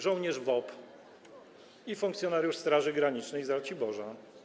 Żołnierz WOP i funkcjonariusz Straży Granicznej z Raciborza.